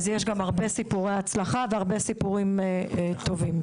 אז יש גם סיפורי הצלחה והרבה סיפורים טובים.